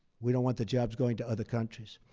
we don't want the jobs going to other countries.